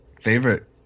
favorite